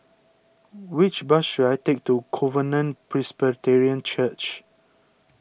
which bus should I take to Covenant Presbyterian Church